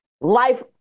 Life